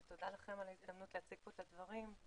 ותודה לכם על ההזדמנות להציג פה את הדברים.